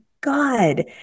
God